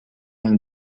him